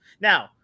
Now